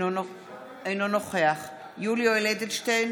אינו נוכח יולי יואל אדלשטיין,